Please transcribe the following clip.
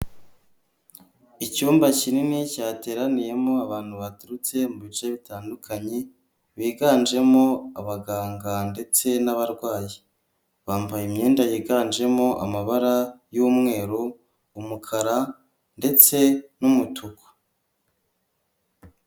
Icyumba kinini cyateraniyemo abantu baturutse mu bice bitandukanye biganjemo abaganga ndetse n'abarwayi bambaye imyenda yiganjemo amabara y'umweru, umukara ndetse n'umutuku.